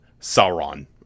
Sauron